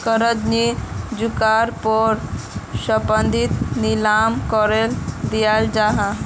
कर्ज नि चुक्वार पोर संपत्ति नीलाम करे दियाल जाहा